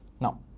Now